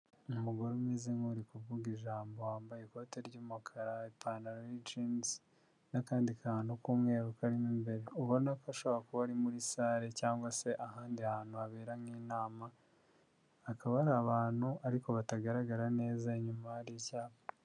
Umugore umeze nk'uri kuvuga ijambo wambaye ikoti ry'umukara, ipantaro y'ijinizi n'akandi kantu k'umweru kari mu imbere, ubona ko ashobora kuba ari muri sare cyangwa se ahandi hantu habera nk'inama hakaba hari abantu ariko batagaragara neza inyuma hari icyapa.